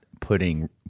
putting